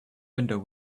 window